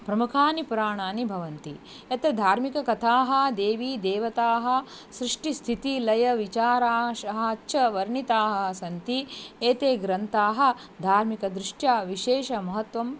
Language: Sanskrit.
प्रमुखानि पुराणानि भवन्ति यत्र धार्मिककथाः देवीदेवताः सृष्टिस्थितिलयविचारा च वर्णिताः सन्ति एते ग्रन्थाः धार्मिकदृष्ट्या विशेषमहत्वं